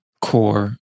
core